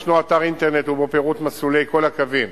ישנו אתר אינטרנט ובו פירוט מסלולי כל הקווים